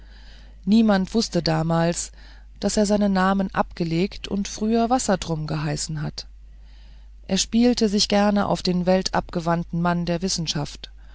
niemand wußte damals daß er seinen namen abgelegt und früher wassertrum geheißen hat er spielte sich gerne auf den weltabgewandten mann der wissenschaft